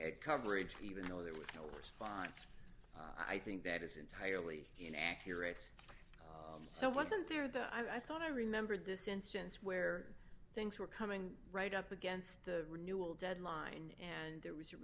had coverage even though there was no response i think that is entirely inaccurate so wasn't there that i thought i remembered this instance where things were coming right up against the renewal deadline and there was a